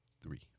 three